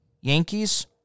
Yankees